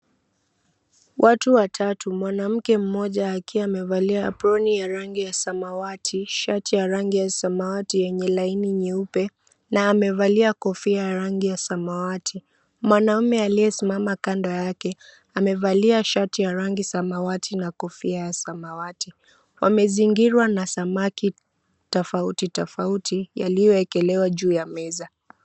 Watu watatu mwanamke mmoja akiwa amevalia aproni ya rangi ya samawati, shati ya rangi ya samawati yenye laini nyeupe, na amevalia kofia ya rangi ya samawati. Mwanaume aliyesimama kando yake, amevalia shati ya rangi samawati na kofia ya samawati. Wamezingirwa na samaki tofauti tofauti yaliyoekelewa juu ya meza.